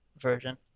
version